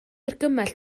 argymell